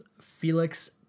Felix